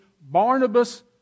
Barnabas